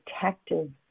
protective